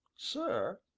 sir,